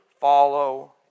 follow